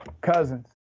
Cousins